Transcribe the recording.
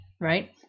right